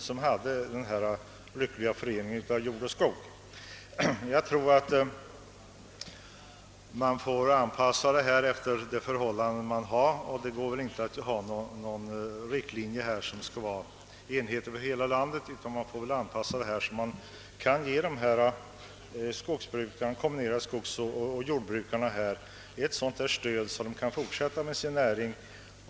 Det är därför inte möjligt att ha för hela landet enhetliga riktlinjer i detta avseende, utan man får anpassa det så att man kan ge dem som kombinerar jordbruk och skogsbruk ett sådant stöd, att de kan fortsätta med sin näring.